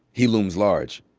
he looms large.